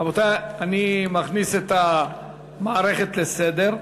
רבותי, אני מכניס את המערכת לסדר.